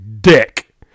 dick